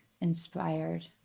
inspired